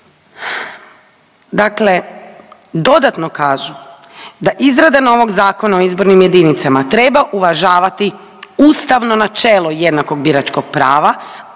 Dakle, dodatno kažu da izrada novog Zakona o izbornim jedinicama treba uvažavati ustavno načelo jednakog biračkog prava